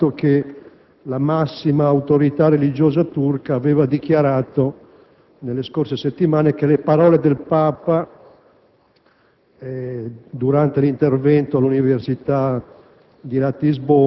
timore deriva anche dal fatto che la massima autorità religiosa turca aveva dichiarato, nelle scorse settimane, che le parole del Papa,